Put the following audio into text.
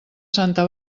santa